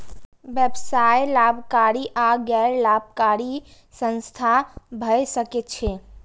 व्यवसाय लाभकारी आ गैर लाभकारी संस्था भए सकै छै